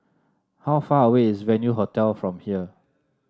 how far away is Venue Hotel from here